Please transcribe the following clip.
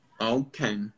Okay